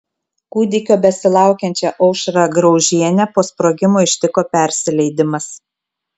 kūdikio besilaukiančią aušrą graužienę po sprogimo ištiko persileidimas